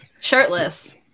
shirtless